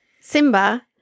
Simba